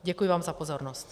Děkuji vám za pozornost.